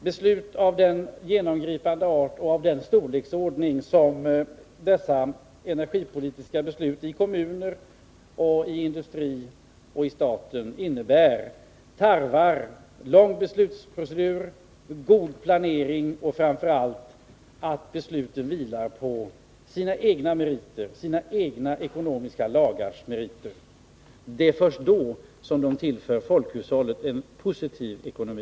Beslut av den genomgripande art och av den storleksordning som dessa energipolitiska beslut i kommuner, i industrin och i staten var tarvar lång beslutsprocedur och god planering. Framför allt krävs att besluten vilar på sina egna ekonomiska lagars meriter. Det är först då de tillför folkhushållet en positiv ekonomi.